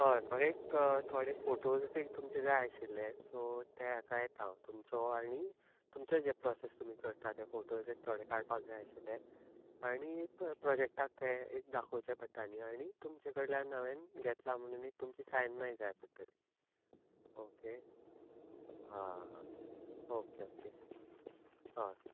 हय म्हाका एक थोडे फोटोज तुमचे जाय आशिल्ले सो ते हाका येत हांव तुमचो आनी तुमचे जे प्रोसेस तुमी करतात ते फोटोज एक थोडे काडपाक जाय आशिल्ले आनी प्रोजेक्टाक ते एक दाखोवचे पडटा न्हय आनी तुमचे कडल्यान हांवें घेतला म्हणून एक सायन मागीर जाय पडटली ओके हां अय ओके ओके हय